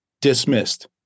dismissed